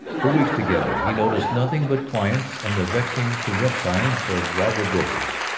for weeks together he noticed nothing but clients and the vexing to rent signs of rival brokers.